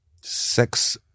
sex